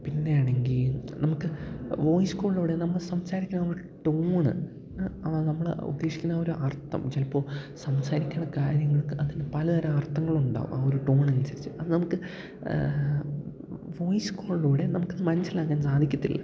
പിന്നെയാണെങ്കില് നമുക്ക് വോയിസ് കോളിലൂടെ നമ്മൾ സംസാരിക്കുന്ന ആ ഒരു ടോണ് നമ്മള് ഉദ്ദേശിക്കുന്ന ആ ഒരു അർത്ഥം ചിലപ്പോള് സംസാരിക്കുന്ന കാര്യങ്ങൾക്ക് അതിന് പലതരം അർത്ഥങ്ങളുണ്ടാകും ആ ഒരു ടോണിനനുസരിച്ച് അത് നമുക്ക് വോയിസ് കോളിലൂടെ നമുക്കത് മനസ്സിലാക്കാൻ സാധിക്കില്ല